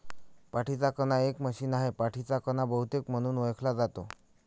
पाठीचा कणा एक मशीन आहे, पाठीचा कणा बहुतेक म्हणून ओळखला जातो